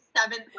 seventh